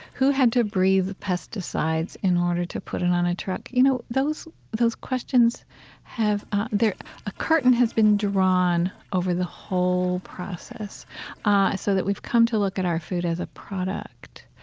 who had to breathe pesticides in order to put it on a truck. you know, those those questions have ah a curtain has been drawn over the whole process so that we've come to look at our food as a product.